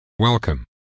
Welcome